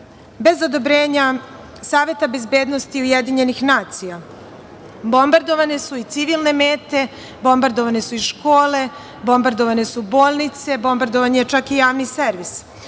bez odobrenja Saveta bezbednosti UN. Bombardovane su i civilne mete, bombardovane su i škole, bombardovane su bolnice, bombardovan je čak i Javni servis. Sve